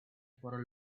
for